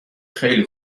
خیلی